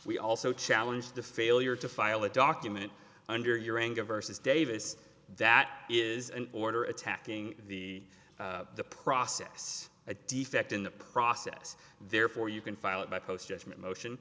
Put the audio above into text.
we also challenge the failure to file a document under your anger versus davis that is an order attacking the the process a defect in the process therefore you can file it by post judgment motion